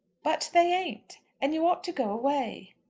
but they ain't. and you ought to go away.